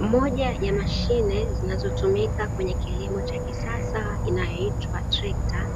Moja ya mashine zinazotumika kwenye kilimo cha kisasa inayoitwa trekta